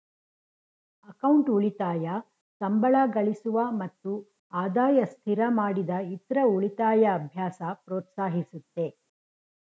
account ಉಳಿತಾಯ ಸಂಬಳಗಳಿಸುವ ಮತ್ತು ಆದಾಯ ಸ್ಥಿರಮಾಡಿದ ಇತ್ರ ಉಳಿತಾಯ ಅಭ್ಯಾಸ ಪ್ರೋತ್ಸಾಹಿಸುತ್ತೆ